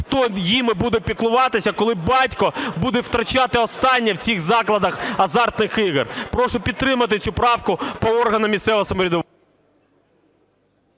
Хто ними буде піклуватися, коли батько буде втрачати останнє в цих закладах азартних ігор? Прошу підтримати цю правку по органах місцевого самоврядування.